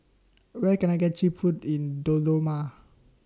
Where Can I get Cheap Food in Dodoma